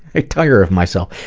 i tire of myself.